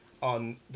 on